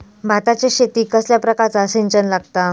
भाताच्या शेतीक कसल्या प्रकारचा सिंचन लागता?